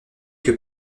que